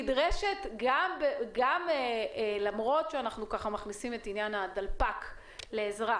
נדרשת גם אם אנחנו מכניסים את עניין הדלפק לעזרה.